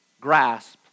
grasp